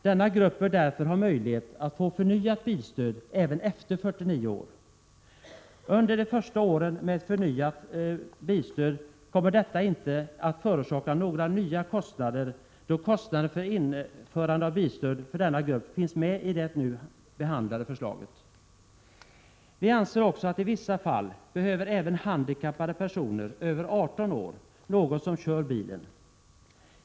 Denna grupp bör därför ha möjlighet att få förnyat bilstöd även sedan de fyllt 49 år. Under de första åren med ett förnyat bilstöd kommer detta inte att förorsaka några nya kostnader, då kostnaden för införandet av bilstöd för denna grupp finns med i det nu behandlade förslaget. Vi anser också att även handikappade personer över 18 år i vissa fall behöver någon som kör bilen.